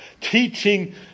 Teaching